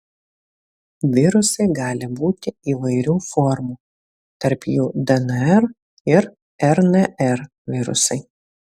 virusai gali būti įvairių formų tarp jų dnr ir rnr virusai